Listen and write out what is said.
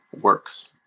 works